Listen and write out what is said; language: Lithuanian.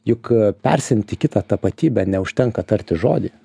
juk persiimti į kitą tapatybę neužtenka tarti žodį